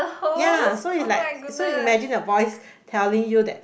yea so you like so you imagine a voice telling you that